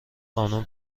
قانون